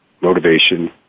motivation